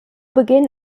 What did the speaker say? beginn